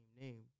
name